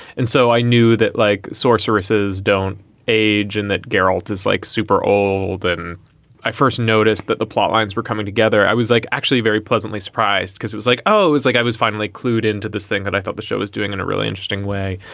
and so i knew that like sorcerous is don't age and that guaraldi's is like super old. and i first noticed that the plotlines were coming together. i was like actually very pleasantly surprised because it was like, oh, it's like i was finally clued into this thing that i thought the show was doing in a really interesting way.